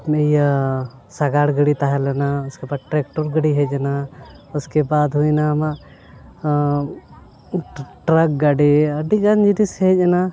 ᱤᱭᱟᱹ ᱥᱟᱜᱟᱲ ᱜᱟᱹᱰᱤ ᱛᱟᱦᱮᱸ ᱞᱮᱱᱟ ᱩᱥᱠᱮᱵᱟᱫ ᱴᱨᱮᱠᱴᱚᱨ ᱜᱟᱹᱰᱤ ᱦᱮᱡ ᱮᱱᱟ ᱩᱥᱠᱮᱵᱟᱫ ᱦᱩᱭᱮᱱᱟ ᱟᱢᱟᱜ ᱴᱨᱟᱠ ᱜᱟᱹᱰᱤ ᱟᱹᱰᱤ ᱜᱟᱱ ᱡᱤᱱᱤᱥ ᱦᱮᱡ ᱮᱱᱟ